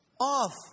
off